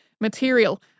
material